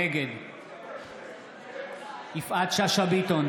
נגד יפעת שאשא ביטון,